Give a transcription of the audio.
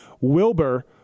Wilbur